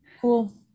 Cool